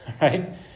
Right